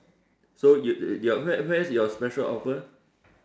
so you your where where's your special offer